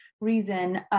reason